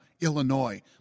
Illinois